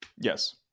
Yes